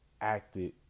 acted